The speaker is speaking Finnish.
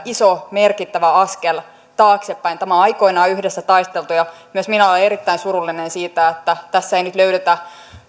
iso merkittävä askel taaksepäin tämä on aikoinaan yhdessä taisteltu ja myös minä olen erittäin surullinen siitä että tässä ei nyt löydetä naisten